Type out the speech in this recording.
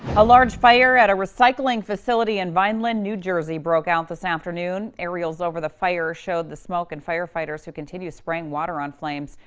a large fire at a recycling facility in vineland, new jersey broke out this afternoon. aerials over the fire showed the smoke and firefighters who continue spraying water on flames.